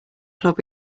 club